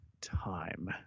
time